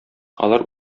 алар